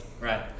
Right